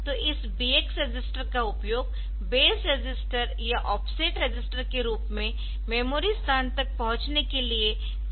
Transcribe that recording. तो इस BX register का उपयोग बेस रजिस्टर या ऑफसेट रजिस्टर के रूप में मेमोरी स्थान तक पहुंचने के लिए किया जा सकता है